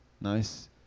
Nice